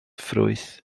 ffrwyth